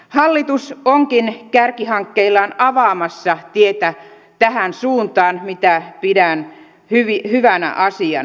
hallitus onkin kärkihankkeillaan avaamassa tietä tähän suuntaan mitä pidän hyvänä asiana